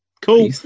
Cool